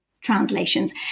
translations